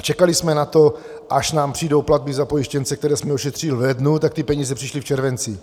Čekali jsme na to, až nám přijdou platby za pojištěnce, které jsme ošetřili v lednu, a peníze přišly v červenci.